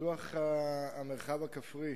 שפיתוח המרחב הכפרי